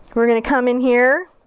we're gonna come in here.